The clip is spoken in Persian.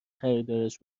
خریدارش